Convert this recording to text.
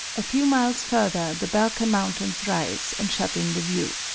a few miles further the balkan mountains rise and shut in the view.